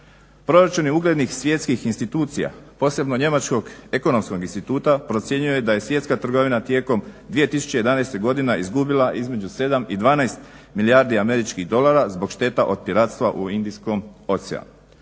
Proračuni uglednih svjetskih institucija posebno Njemačkog ekonomskog instituta procjenjuje da je svjetska trgovina tijekom 2011. godina izgubila između 7 i 12 milijardi američkih dolara zbog šteta od piratstva u Indijskom oceanu.